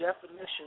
definition